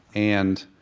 and